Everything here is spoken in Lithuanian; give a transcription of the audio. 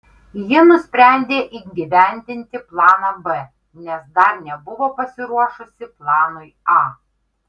ji nusprendė įgyvendinti planą b nes dar nebuvo pasiruošusi planui a